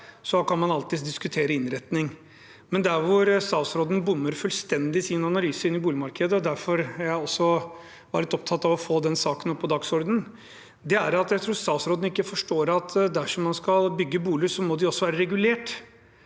Så kan man alltids diskutere innretning. Der hvor statsråden imidlertid bommer fullstendig i sin analyse innen boligmarkedet – og det var derfor jeg også var litt opptatt av å få den saken opp på dagsordenen – er at jeg tror statsråden ikke forstår at dersom man skal bygge boliger, må de også være regulert,